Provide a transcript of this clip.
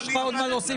יש לך עוד מה להוסיף?